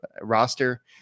roster